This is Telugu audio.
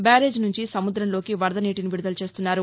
బ్యారేజ్ నుంచి సముద్రంలోకి వరద నీటిని విడుదల చేస్తున్నారు